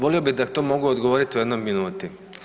Volio bih da to mogu odgovoriti u jednoj minuti.